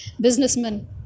businessman